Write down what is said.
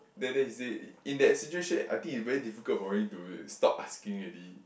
then then he say in that situation I think he very difficult for him to stop asking already